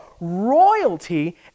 royalty